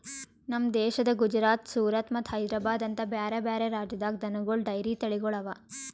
ನಮ್ ದೇಶದ ಗುಜರಾತ್, ಸೂರತ್ ಮತ್ತ ಹೈದ್ರಾಬಾದ್ ಅಂತ ಬ್ಯಾರೆ ಬ್ಯಾರೆ ರಾಜ್ಯದಾಗ್ ದನಗೋಳ್ ಡೈರಿ ತಳಿಗೊಳ್ ಅವಾ